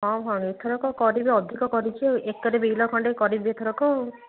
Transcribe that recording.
ହଁ ଭଉଣୀ ଏଥରକ କରିବି ଅଧିକ କରିଛି ଆଉ ଏକରେ ବିଲ ଖଣ୍ଡେ କରିବି ଏଥରକ ଆଉ